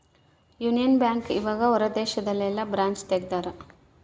Union Bank ಇವಗ ಹೊರ ದೇಶದಲ್ಲಿ ಯೆಲ್ಲ ಬ್ರಾಂಚ್ ತೆಗ್ದಾರ